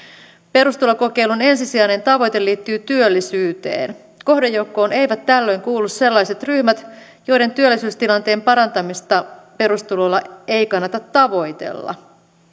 perustulokokeilun ensisijainen tavoite liittyy työllisyyteen kohdejoukkoon eivät tällöin kuulu sellaiset ryhmät joiden työllisyystilanteen parantamista perustulolla ei kannata tavoitella